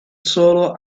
solo